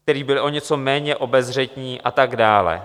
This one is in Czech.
Kteří byli o něco méně obezřetní a tak dále.